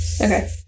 Okay